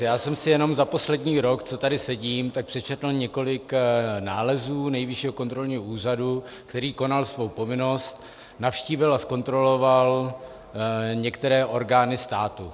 Já jsem si jenom za poslední rok, co tady sedím, přečetl několik nálezů Nejvyššího kontrolního úřadu, který konal svoji povinnost, navštívil a zkontroloval některé orgány státu.